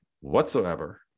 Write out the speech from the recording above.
whatsoever